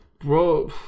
Bro